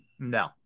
No